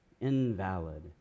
Invalid